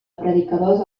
predicadors